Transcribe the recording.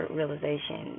realization